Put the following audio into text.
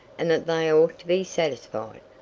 and that they ought to be satisfied.